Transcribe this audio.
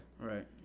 Right